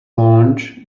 launch